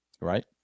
Right